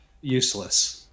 useless